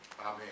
Amen